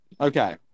Okay